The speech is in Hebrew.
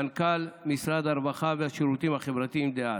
מנכ"ל משרד הרווחה והשירותים החברתיים דאז.